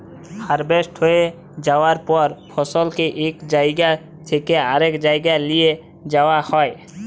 harvest হঁয়ে যাউয়ার পর ফসলকে ইক জাইগা থ্যাইকে আরেক জাইগায় লিঁয়ে যাউয়া হ্যয়